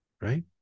right